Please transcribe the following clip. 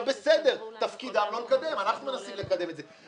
בסדר, תפקידם לא לקדם, אנחנו מנסים לקדם את זה.